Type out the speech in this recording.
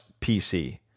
PC